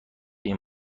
این